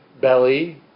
belly